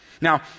Now